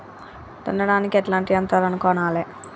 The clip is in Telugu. దున్నడానికి ఎట్లాంటి యంత్రాలను కొనాలే?